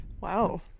Wow